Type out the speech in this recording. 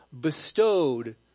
bestowed